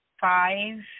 five